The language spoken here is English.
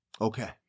Okay